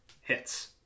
hits